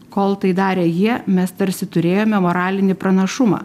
kol tai darė jie mes tarsi turėjome moralinį pranašumą